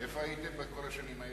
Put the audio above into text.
איפה הייתם כל השנים האלה?